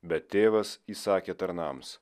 bet tėvas įsakė tarnams